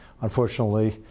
unfortunately